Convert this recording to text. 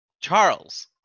Charles